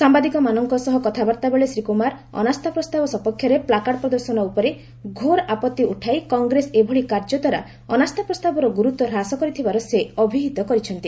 ସାମ୍ଭାଦିକମାନଙ୍କ ସହ କଥାବାର୍ତ୍ତାବେଳେ ଶ୍ରୀ କୁମାର ଅନାନ୍ଥା ପ୍ରସ୍ତାବ ସପକ୍ଷରେ ପ୍ଲାକାର୍ଡ଼ ପ୍ରଦର୍ଶନ ଉପରେ ଘୋର ଆପତ୍ତି ଉଠାଇ କଂଗ୍ରେସର ଏଭଳି କାର୍ଯ୍ୟଦ୍ୱାରା ଅନାସ୍ଥା ପ୍ରସ୍ତାବର ଗୁରୁତ୍ୱ ହ୍ରାସ କରିଥିବାର ସେ ଅଭିହିତ କରିଛନ୍ତି